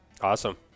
Awesome